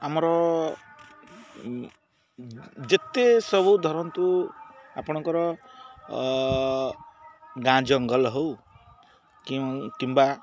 ଆମର ଯେତେ ସବୁ ଧରନ୍ତୁ ଆପଣଙ୍କର ଗାଁ ଜଙ୍ଗଲ ହଉ କି କିମ୍ବା